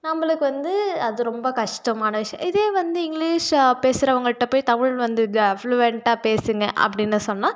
நம்மளுக்கு வந்து அது ரொம்ப கஷ்டமான விஷயம் இதே வந்து இங்கிலிஷில் பேசுறவங்கள்கிட்ட போய் தமிழ் வந்து இதை ஃப்ளூவண்ட்டாக பேசுங்க அப்படின்னு சொன்னால்